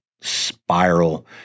spiral